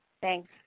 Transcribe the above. Thanks